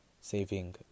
saving